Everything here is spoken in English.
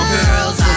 Girls